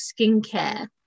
skincare